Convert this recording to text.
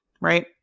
right